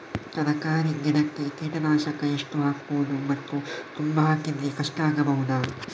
ತರಕಾರಿ ಗಿಡಕ್ಕೆ ಕೀಟನಾಶಕ ಎಷ್ಟು ಹಾಕ್ಬೋದು ಮತ್ತು ತುಂಬಾ ಹಾಕಿದ್ರೆ ಕಷ್ಟ ಆಗಬಹುದ?